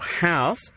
house